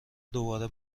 دوباره